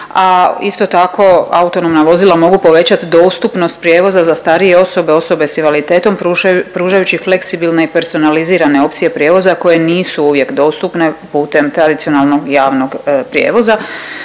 isto tako autonomna vozila mogu povećat dostupnost prijevoza za starije osobe, osobe s invaliditetom pružajući fleksibilne i personalizirane opcije prijevoza koje nisu uvijek dostupne putem tradicionalnog javnog prijevoza.